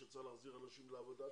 שצריך להחזיר אנשים לעבודה.